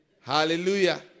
Hallelujah